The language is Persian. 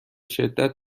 شدت